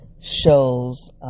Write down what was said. shows